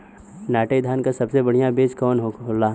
नाटी धान क सबसे बढ़िया बीज कवन होला?